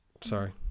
sorry